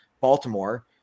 Baltimore